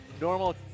normal